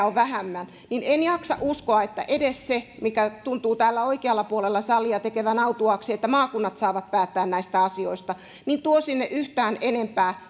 on vähemmän niin en jaksa uskoa että edes se mikä tuntuu täällä oikealla puolella salia tekevän autuaaksi että maakunnat saavat päättää näistä asioista tuo sinne yhtään enempää